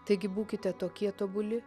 taigi būkite tokie tobuli